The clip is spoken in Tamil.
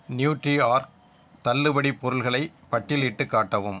நியூட்ரிஆர்க் தள்ளுபடிப் பொருட்களை பட்டியலிட்டுக் காட்டவும்